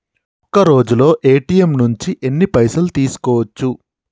ఒక్కరోజులో ఏ.టి.ఎమ్ నుంచి ఎన్ని పైసలు తీసుకోవచ్చు?